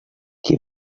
qui